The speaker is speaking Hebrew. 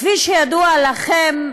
כפי שידוע לכם,